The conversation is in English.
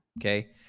okay